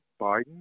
Biden